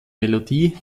melodie